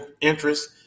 interest